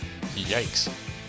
Yikes